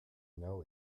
know